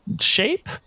shape